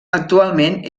actualment